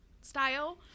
style